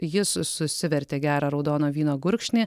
jis susivertė gerą raudono vyno gurkšnį